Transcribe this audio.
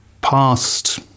past